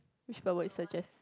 which bar will you suggest